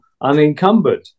unencumbered